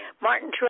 Martin